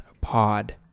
pod